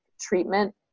treatment